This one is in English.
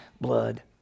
blood